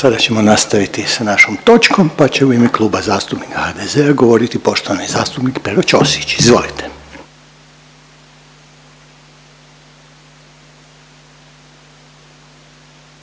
Sada ćemo nastaviti s našom točkom pa će u ime Kluba zastupnika govoriti poštovani zastupnik Pero Ćosić. Izvolite.